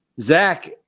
Zach